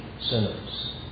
sinners